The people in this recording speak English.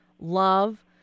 Love